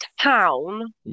town